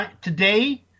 Today